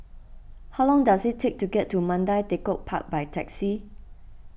how long does it take to get to Mandai Tekong Park by taxi